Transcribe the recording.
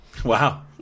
Wow